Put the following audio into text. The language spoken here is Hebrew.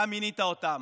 אתה מינית אותם.